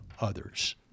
others